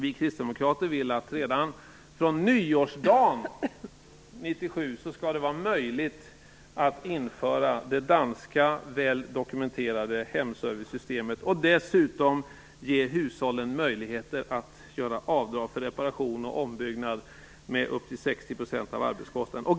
Vi kristdemokrater vill att det redan från nyårsdagen 1997 skall vara möjligt att införa det danska väl dokumenterade hemservicesystemet. Dessutom vill vi att hushållen skall få möjligheter att göra avdrag för reparation och ombyggnad med upp till 60 % av arbetskostnaden.